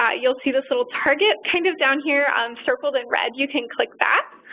ah you'll see this little target kind of down here circled in red. you can click that